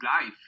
life